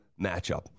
matchup